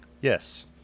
Yes